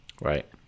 Right